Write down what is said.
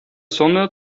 sonne